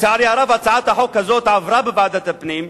לצערי הרב, הצעת החוק הזאת עברה בוועדת הפנים,